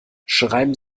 schreiben